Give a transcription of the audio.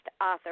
author